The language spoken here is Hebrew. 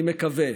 אני מקווה